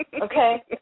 Okay